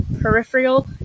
peripheral